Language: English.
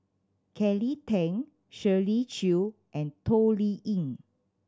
Kelly Tang Shirley Chew and Toh Liying